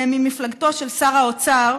ממפלגתו של שר האוצר,